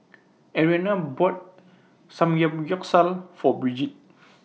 Ariana bought Samgeyopsal For Brigid